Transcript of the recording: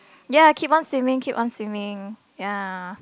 ya keep on swimming keep on swimming ya